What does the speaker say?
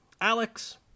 Alex